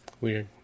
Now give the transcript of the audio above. Weird